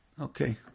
Okay